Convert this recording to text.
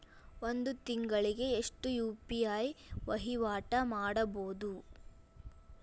ಒಂದ್ ತಿಂಗಳಿಗೆ ಎಷ್ಟ ಯು.ಪಿ.ಐ ವಹಿವಾಟ ಮಾಡಬೋದು?